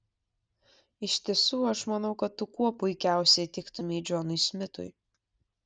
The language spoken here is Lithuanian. iš tiesų aš manau kad tu kuo puikiausiai tiktumei džonui smitui